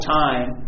time